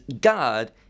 God